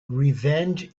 revenge